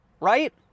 right